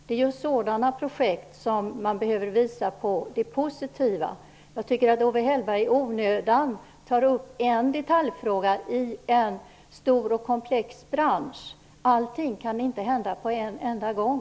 Det är ju sådana projekt som man behöver för att kunna visa på det som är positivt. Jag tycker att Owe Hellberg i onödan tar upp en detaljfråga i en stor och komplex bransch. Allting kan inte hända på en enda gång.